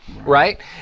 right